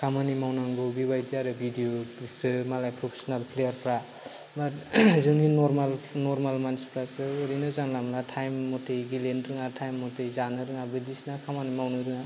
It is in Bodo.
खामानि मावनांगौ आरो भिडिअ बिस्रो मालाय प्रफेसनेल प्लेयारफ्रा नरमेल जोंनि नरमेल मानसिफ्रासो ओरैनो जानला मानला थाइम मथै गेलेनो रोङा थाइम मथै जानो रोङा बायदिसिना खामानि मावनो रोङा